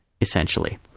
essentially